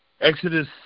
Exodus